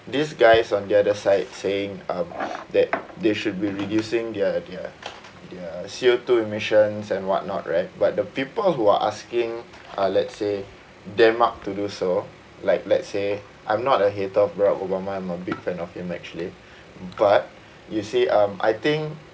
these guys on the other side saying um that they should be reducing their their their C_O two emissions and what not right but the people who are asking uh let's say denmark to do so like let's say I'm not a hater of barack obama I'm a big fan of him actually but you see um I think